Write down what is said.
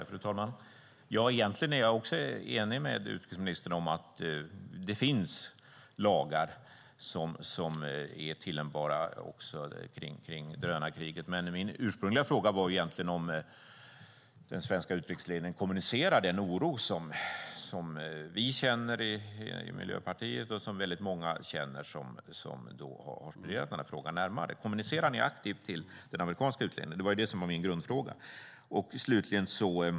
Fru talman! Egentligen är jag enig med utrikesministern om att det finns lagar som är tillämpbara också i drönarkriget. Men min ursprungliga fråga var egentligen om den svenska utrikesledningen kommunicerade den oro som vi känner i Miljöpartiet och som väldigt många känner som har inspirerat till den här frågan. Kommunicerar ni aktivt med den amerikanska utrikesledningen? Det var det som var min grundfråga.